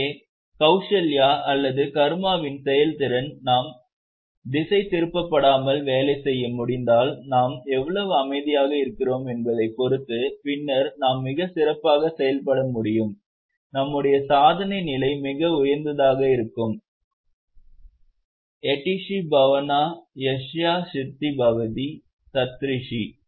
எனவே கவ்சல்யா அல்லது கர்மாவின் செயல்திறன் நாம் திசைதிருப்பப்படாமல் வேலை செய்ய முடிந்தால் நாம் எவ்வளவு அமைதியாக இருக்கிறோம் என்பதைப் பொறுத்தது பின்னர் நாம் மிகச் சிறப்பாக செயல்பட முடியும் நம்முடைய சாதனை நிலை மிக உயர்ந்ததாக இருக்கும் யடிஷி பவனா யஸ்யா சித்தி பவதி தத்ரிஷி